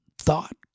thought